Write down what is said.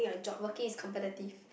working is competitive